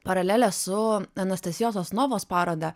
paralelės su anastasijos sosunovos paroda